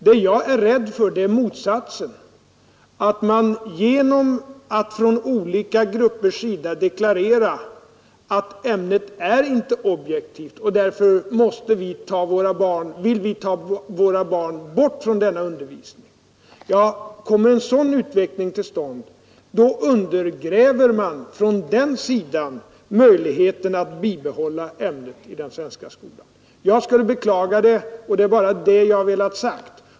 Det jag är rädd för är motsatsen: att man från olika gruppers sida deklarerar att ämnet inte är objektivt och att man därför vill ta sina barn bort från denna undervisning. Kommer en sådan utveckling till stånd, undergräver man från den sidan möjligheten att bibehålla ämnet i den svenska skolan. Jag skulle beklaga det, och det är bara det jag har velat säga.